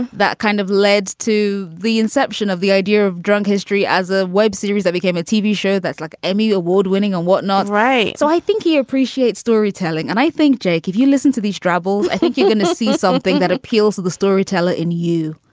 that kind of led to the inception of the idea of drunk history as a web series that became a tv show. that's like emmy award winning on what not. right. so i think he appreciates storytelling. and i think, jake, if you listen to these drabble, i think you're going to see something that appeals to the storyteller in you.